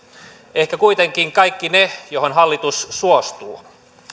ehkä kuitenkin kaikki ne joihin hallitus suostuu